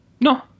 No